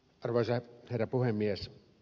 arvoisa herra puhemies